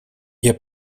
ihr